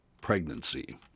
pregnancy